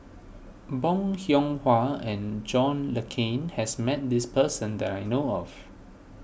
Bong Hiong Hwa and John Le Cain has met this person that I know of